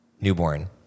newborn